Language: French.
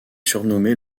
surnommé